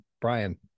Brian